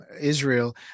Israel